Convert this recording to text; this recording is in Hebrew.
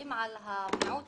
שמצביעים על המיעוט